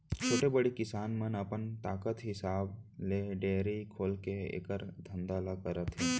छोटे, बड़े किसान मन अपन ताकत हिसाब ले डेयरी खोलके एकर धंधा ल करत हें